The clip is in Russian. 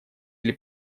или